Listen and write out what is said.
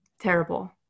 Terrible